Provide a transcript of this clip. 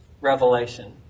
revelation